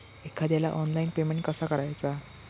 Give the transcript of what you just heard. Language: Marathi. एखाद्याला ऑनलाइन पेमेंट कसा करायचा?